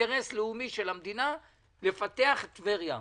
אינטרס לאומי של המדינה לפתח את טבריה.